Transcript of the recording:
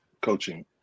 coaching